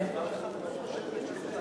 אבל מה את חושבת, בתואר